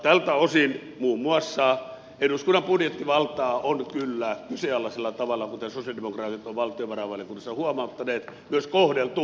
tältä osin muun muassa eduskunnan budjettivaltaa on kyllä kyseenalaisella tavalla kuten sosialidemokraatit ovat valtiovarainvaliokunnassa huomauttaneet myös kohdeltu